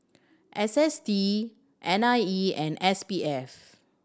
S S T N I E and S P F